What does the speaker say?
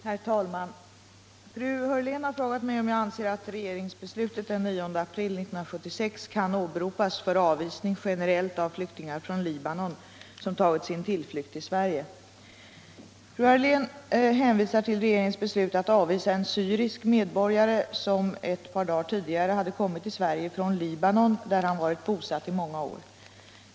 Herr talman! Fröken Hörlén har frågat mig om jag anser att regeringsbeslutet den 9 april 1976 kan åberopas för avvisning generellt av flyktingar från Libanon, som tagit sin tillflykt till Sverige. Fröken Hörlén hänvisar till regeringens beslut att avvisa en syrisk medborgare, som ett par dagar tidigare hade kommit till Sverige från Libanon, där han hade varit bosatt i många år.